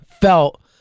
felt